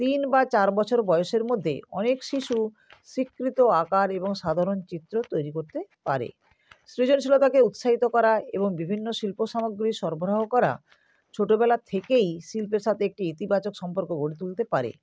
তিন বা চার বছর বয়সের মধ্যে অনেক শিশু স্বীকৃত আকার এবং সাধারণ চিত্র তৈরি করতে পারে সৃজনশীলতাকে উৎসাহিত করা এবং বিভিন্ন শিল্প সামগ্রী সরবরাহ করা ছোটোবেলা থেকেই শিল্পের সাথে একটি ইতিবাচক সম্পর্ক গড়ে তুলতে পারে